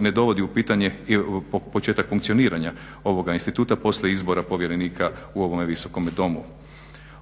ne dovodi u pitanje i početak funkcioniranja ovoga instituta poslije izbora povjerenika u ovome visokome Domu.